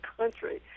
country